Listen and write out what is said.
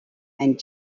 and